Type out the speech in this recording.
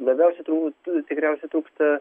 labiausiai turbūt tikriausiai trūksta